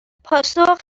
پاسخ